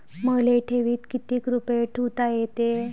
मले ठेवीत किती रुपये ठुता येते?